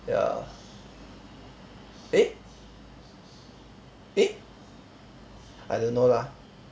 ya eh eh I don't know lah